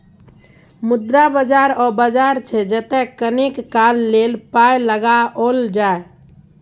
मुद्रा बाजार ओ बाजार छै जतय कनेक काल लेल पाय लगाओल जाय